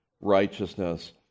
righteousness